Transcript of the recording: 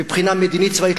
מבחינה מדינית וצבאית,